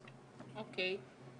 אוקיי.